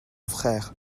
frère